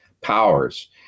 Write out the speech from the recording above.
powers